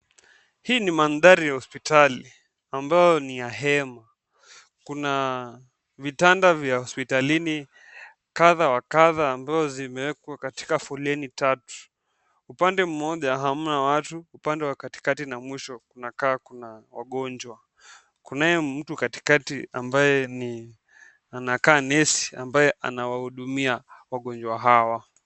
Hii ni mandhari ya hospitali ambayo ni ya hema kuna vitanda vya hospitalini kadhaa wa kadhaa ambavyo zimewekwa katika foleni tatu. Upande mmoja hamna watu, upande wa katikati na mwisho kuna wagonjwa. Kunaye mtu katikati ambaye ni anakaa nesi ambaye anawahudumia wagonjwa hawa.